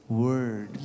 word